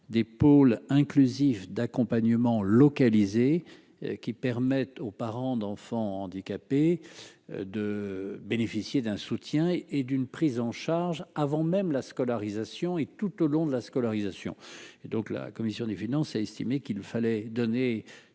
des pôles inclusifs d'accompagnement localisé qui permettent aux parents d'enfants handicapés de bénéficier d'un soutien et d'une prise en charge avant même la scolarisation et tout au long de la scolarisation et donc la commission des finances, a estimé qu'il fallait donner